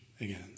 again